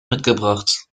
mitgebracht